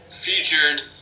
featured